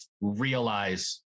realize